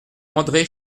andré